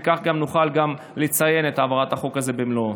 וכך גם נוכל לציין את העברת החוק הזה במלואו.